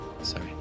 Sorry